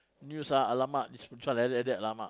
news ah alamak this child like that alamak